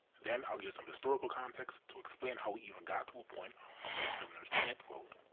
then i'll give some historical context to explain how we even got to a point where most prisoners can't vote.